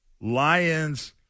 Lions